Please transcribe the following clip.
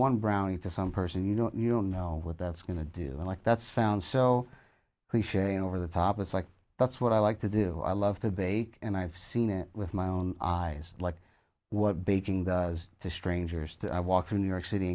brownie to some person you know you don't know what that's going to do i'm like that sounds so cliche and over the top it's like that's what i like to do i love to bake and i've seen it with my own eyes like what beijing does to strangers that i walk through new york city